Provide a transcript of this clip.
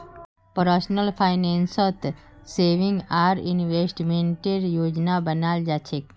personal फाइनेंसत saving आर इन्वेस्टमेंटेर योजना बनाल जा छेक